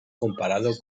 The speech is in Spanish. comparado